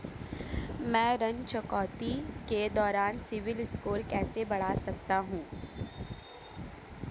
मैं ऋण चुकौती के दौरान सिबिल स्कोर कैसे बढ़ा सकता हूं?